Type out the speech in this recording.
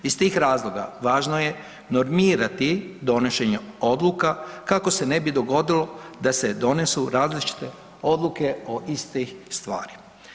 Iz tih razloga važno je normirati donošenje odluka kako se ne bi dogodilo da se donesu različite odluke o istih stvari.